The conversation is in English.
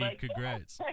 congrats